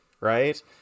right